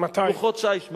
לוחות שיש.